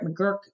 McGurk